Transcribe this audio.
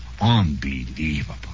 unbelievable